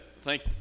thank